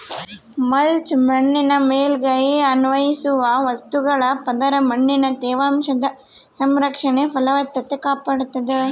mulch ಮಣ್ಣಿನ ಮೇಲ್ಮೈಗೆ ಅನ್ವಯಿಸುವ ವಸ್ತುಗಳ ಪದರ ಮಣ್ಣಿನ ತೇವಾಂಶದ ಸಂರಕ್ಷಣೆ ಫಲವತ್ತತೆ ಕಾಪಾಡ್ತಾದ